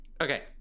Okay